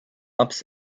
ups